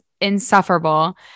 insufferable